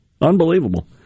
Unbelievable